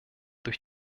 durch